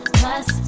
plus